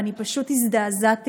ואני פשוט הזדעזעתי,